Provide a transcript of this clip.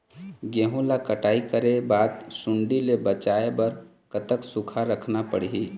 गेहूं ला कटाई करे बाद सुण्डी ले बचाए बर कतक सूखा रखना पड़ही?